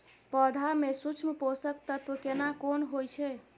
पौधा में सूक्ष्म पोषक तत्व केना कोन होय छै?